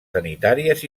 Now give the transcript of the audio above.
sanitàries